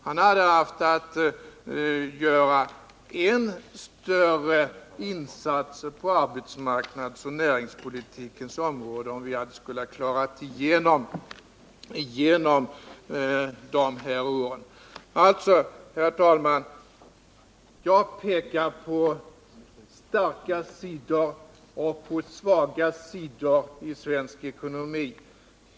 Han hade haft att göra än större insatser på arbetsmarknadsoch näringspolitikens område, om vi med socialdemokraternas politik skulle ha klarat oss igenom de här åren. Herr talman! Jag pekar på starka sidor och på svaga sidor i svensk ekonomi.